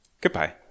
Goodbye